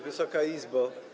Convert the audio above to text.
Wysoka Izbo!